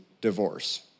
divorce